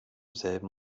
selben